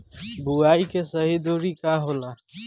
बुआई के सही दूरी का होला?